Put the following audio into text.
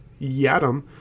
Yadam